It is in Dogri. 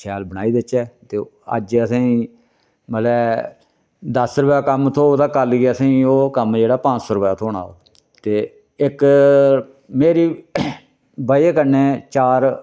शैल बनाई देचै ते अज्ज असेंई मतलबै दस रपेऽ दा कम्म थोह्ग तां कल गी असें ओह् कम्म जेह्ड़ा पंज सौ रपेऽ दा थोह्ना ते इक मेरी बजह् कन्नै चार